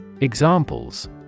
Examples